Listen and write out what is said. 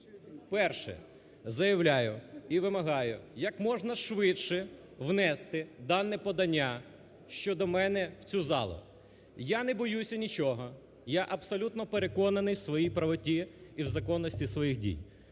Перше. Заявляю і вимагаю як можна швидше внести дане подання щодо мене в цю залу, я не боюся нічого, я абсолютно переконаний в своїй правоті і в законності своїх дій.